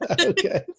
okay